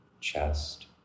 chest